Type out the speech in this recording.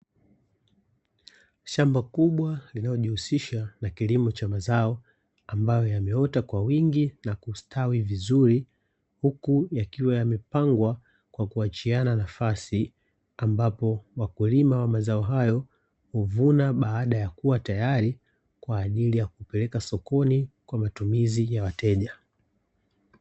Shamba kubwa linalojihusisha na kilimo cha mazao, ambayo yameota kwa wingi na kustawi vizuri, huku yakiwa yamepangwa kwa kuachiana nafasi, ambapo wakulima wa mazao hayo, huvuna baada ya kuwa tayari kwa ajili ya kupeleka sokoni, kwa matumizi ya wateja.